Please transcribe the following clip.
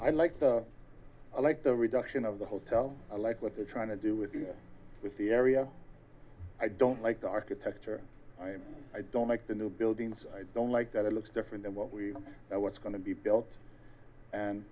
i like the i like the reduction of the hotel like what they're trying to do with you with the area i don't like the architecture i don't like the new buildings i don't like that it looks different than what we what's going to be built and